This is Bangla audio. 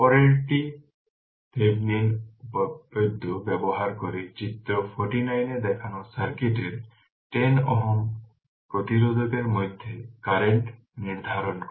সুতরাং পরবর্তীটি থেভেনিনের উপপাদ্য ব্যবহার করে চিত্র 49 এ দেখানো সার্কিটের 10 Ω প্রতিরোধকের মাধ্যমে কারেন্ট নির্ধারণ করা